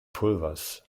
pulvers